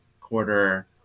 quarter